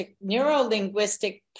neuro-linguistic